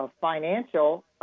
financial